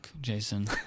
Jason